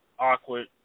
awkward